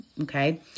Okay